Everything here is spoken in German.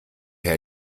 herr